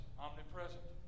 omnipresent